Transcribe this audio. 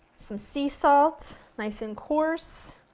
some sea salt. nice and coarse.